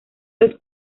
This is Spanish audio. los